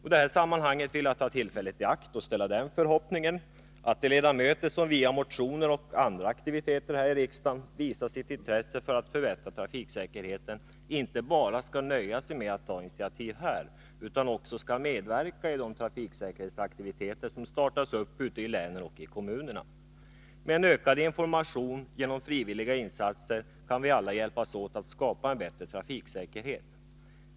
I det här sammanhanget vill jag ta tillfället i akt och uttrycka den förhoppningen att de ledamöter som via motioner och andra aktiviteter här i riksdagen visar sitt intresse för att förbättra trafiksäkerheten inte bara skall nöja sig med att ta initiativ här utan också skall medverka i de trafiksäkerhetsaktiviteter som startas ute i länen och kommunerna. Med en ökad information genom frivilliga insatser kan vi alla hjälpas åt att skapa en bättre trafiksäkerhet.